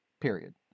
period